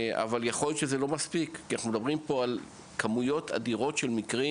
יכול להיות שזה לא מספיק כי אנחנו מדברים על כמויות אדירות של מקרים.